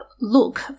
look